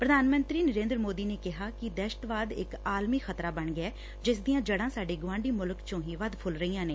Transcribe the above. ਪ੍ਰਧਾਨ ਮੰਤਰੀ ਨਰੇਂਦਰ ਮੋਦੀ ਨੇ ਕਿਹਾ ਕਿ ਦਹਿਸ਼ਤਵਾਦ ਇਕ ਆਲਮੀ ਖਤਰਾ ਬਣ ਗਿਐ ਜਿਸ ਦੀਆਂ ਜਤ੍ਹਾਂ ਸਾਡੇ ਗੁਆਂਢੀ ਮੁਲਕ ਚੋ ਹੀ ਵੱਧ ਫੁੱਲ ਰਹੀਆਂ ਨੇ